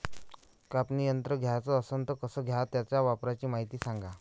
कापनी यंत्र घ्याचं असन त कस घ्याव? त्याच्या वापराची मायती सांगा